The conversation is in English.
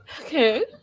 Okay